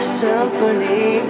symphony